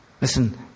Listen